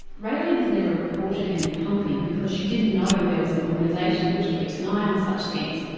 raylene has never reported any pumping because she didn't know there was an organisation which keeps an eye on such things.